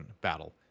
Battle